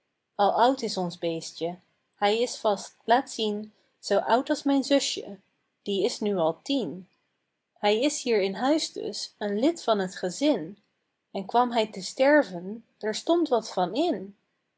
al oud is ons beestje hij is vast laat zien zoo oud als mijn zusje die is nu al tien hij is hier in huis dus een lid van t gezin en kwam hij te sterven daar stond wat van in